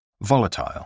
Volatile